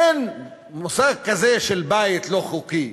אין מושג כזה של בית לא חוקי.